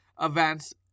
events